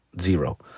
zero